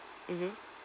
mmhmm